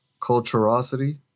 culturosity